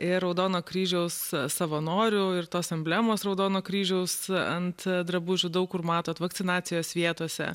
ir raudono kryžiaus savanorių ir tos emblemos raudono kryžiaus ant drabužių daug kur matot vakcinacijos vietose